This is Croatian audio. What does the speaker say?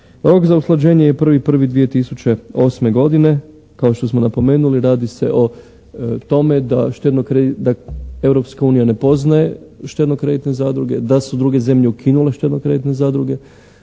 Rok za usklađenje je 1.1.2008. godine. Kao što smo napomenuli radi se o tome da Europska unija ne poznaje štedno-kreditne zadruge, da su druge zemlje ukinule štedno-kreditne zadruge,